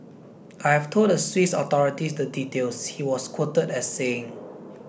I have told the Swiss authorities the details he was quoted as saying